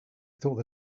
thought